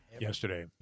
Yesterday